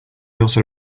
also